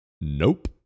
Nope